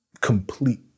complete